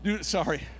Sorry